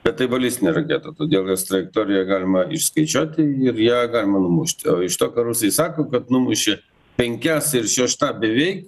bet tai balistinė raketa todėl jos trajektoriją galima išskaičiuoti ir ją galima numušti o iš to ką rusai sako kad numušė penkias ir šešta beveik